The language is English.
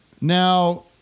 Now